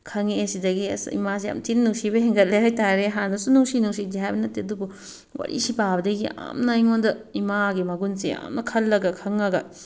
ꯈꯪꯉꯛꯑꯦ ꯁꯤꯗꯒꯤ ꯑꯁ ꯏꯃꯥꯁꯦ ꯌꯥꯝ ꯊꯤꯅ ꯅꯨꯡꯁꯤꯕ ꯍꯦꯟꯒꯠꯂꯦ ꯍꯥꯏ ꯇꯥꯔꯦ ꯍꯥꯟꯅꯁꯨ ꯅꯨꯡꯁꯤ ꯅꯨꯡꯁꯤꯗꯦꯗꯤ ꯍꯥꯏꯕ ꯅꯠꯇꯦ ꯑꯗꯨꯕꯨ ꯋꯥꯔꯤꯁꯦ ꯄꯥꯕꯗꯒꯤ ꯌꯥꯝꯅ ꯑꯩꯉꯣꯟꯗ ꯏꯃꯥꯒꯤ ꯃꯒꯨꯜꯁꯦ ꯌꯥꯝꯅ ꯈꯜꯂꯒ ꯈꯪꯉꯒ